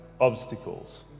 obstacles